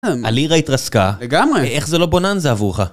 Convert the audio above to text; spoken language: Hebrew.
הלירה התרסקה לגמרי ואיך זה לא בוננזה עבורך